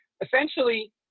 essentially